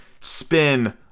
spin